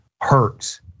hurts